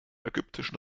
ägyptischen